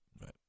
Right